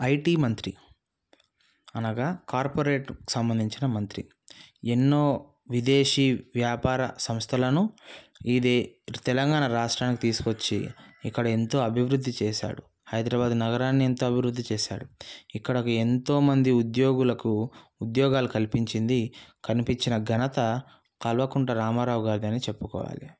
IT మంత్రి అనగా corporate సంబంధించిన మంత్రి ఎన్నో విదేశీ వ్యాపార సంస్థలను ఇదే తెలంగాణ రాష్ట్రానికి తీసుకొచ్చి ఇక్కడ ఎంతో అభివృద్ధి చేసాడు హైదరాబాద్ నగరాన్ని ఎంతో అభివృద్ధి చేసాడు ఇక్కడ ఎంతో మంది ఉద్యోగులకు ఉద్యోగాలు కల్పించింది కల్పించిన ఘనత కల్వకుంట్ల రామారావు గారిది అని చెప్పుకోవాలి